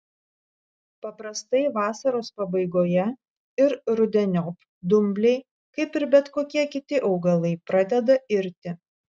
paprastai vasaros pabaigoje ir rudeniop dumbliai kaip ir bet kokie kiti augalai pradeda irti